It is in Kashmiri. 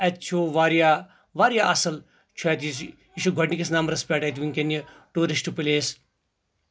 اَتہِ چھُ واریاہ واریاہ اَصٕل چھُ اَتہِ زِ یہِ چھۭ گۄڈٕنِکس نمبرَس پٮ۪ٹھ ؤنٛکیٚن یہِ ٹیوٗرِسٹ پَلیس